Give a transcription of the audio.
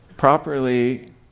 Properly